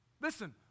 Listen